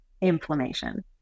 inflammation